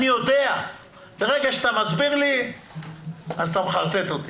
אני יודע שברגע שאתה מסביר לי אז אתה מחרטט אותי.